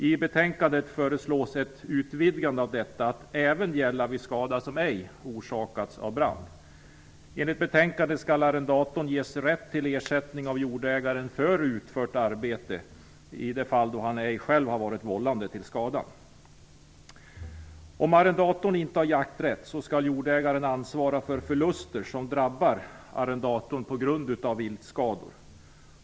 I betänkandet föreslås ett utvidgande av detta till att även gälla vid skada som ej orsakats av brand. Enligt betänkandet skall arrendatorn ges rätt till ersättning av jordägaren för utfört arbete i de fall där han ej själv har varit vållande till skadan. Om arrendatorn inte har jakträtt, skall jordägaren ansvara för förluster som drabbar arrendatorn på grund av viltskador.